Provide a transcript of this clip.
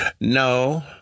No